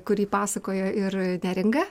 kurį pasakojo ir neringa